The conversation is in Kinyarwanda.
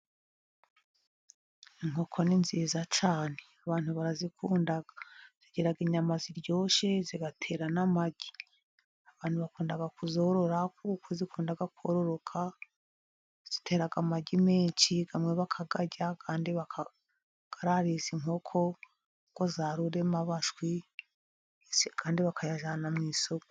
Inkoko ni nziza cyane abantu barazikunda zigira inyama ziryoshye zigatera n'amagi. Abantu bakunda kuzorora kuko zikunda kororoka zitera amagi menshi, amwe bakayarya andi bakayarariza inkoko ngo zaruremo abashwi, ndetse andi bakayajyana mu isoko.